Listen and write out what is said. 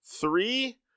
three